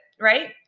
right